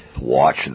Watch